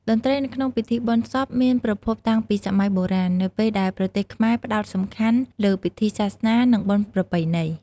តន្ត្រីនៅក្នុងពិធីបុណ្យសពមានប្រភពតាំងពីសម័យបុរាណ នៅពេលដែលប្រទេសខ្មែរផ្ដោតសំខាន់លើពិធីសាសនា និងបុណ្យប្រពៃណី។